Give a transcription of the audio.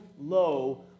low